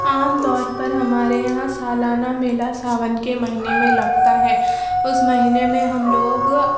عام طور پر ہمارے یہاں سالانہ میلہ ساون کے مہینے میں لگتا ہے اس مہینے میں ہم لوگ